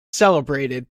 celebrated